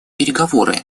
переговоры